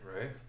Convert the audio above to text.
right